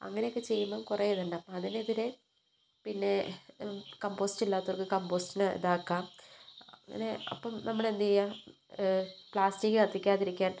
അങ്ങനെയൊക്കെ ചെയ്യുമ്പോള് കുറെ ഇതുണ്ട് അതിനെതിരെ പിന്നെ കമ്പോസ്റ്റ് ഇല്ലാത്തവർക്ക് കമ്പോസ്റ്റ് ഇതാക്കാം അങ്ങനെ അപ്പം നമ്മളെന്താണ് ചെയ്യുക പ്ലാസ്റ്റിക് കത്തിക്കാതിരിക്കാൻ